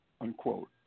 unquote